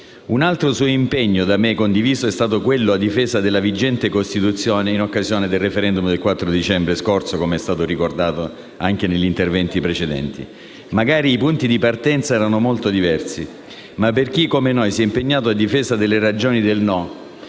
Un altro suo impegno da me condiviso è stato quello a difesa della vigente Costituzione in occasione del *referendum* del 4 dicembre scorso, come è stato ricordato anche negli interventi precedenti. Magari i punti di partenza erano molto diversi, ma per chi come noi si è impegnato a difesa delle ragioni del no